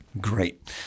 Great